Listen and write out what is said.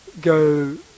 go